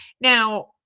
now